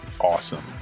awesome